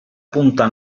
punta